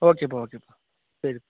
ஓகேப்பா ஓகேப்பா சரி